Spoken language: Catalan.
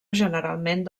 generalment